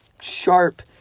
sharp